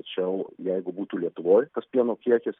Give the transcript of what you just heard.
tačiau jeigu būtų lietuvoj tas pieno kiekis